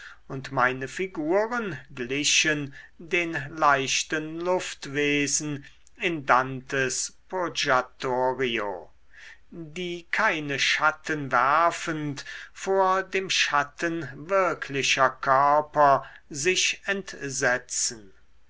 und meine figuren glichen den leichten luftwesen in dantes purgatorio die keine schatten werfend vor dem schatten wirklicher körper sich entsetzen